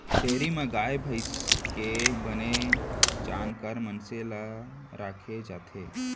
dairy म गाय भईंस के बने जानकार मनसे ल राखे जाथे